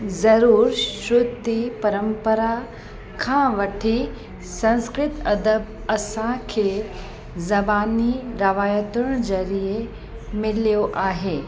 ज़रूरु श्रूति परंपरा खां वठी संस्कृत अदब असांखे ज़बनी रवायतुनि ज़रिए मिलियो आहे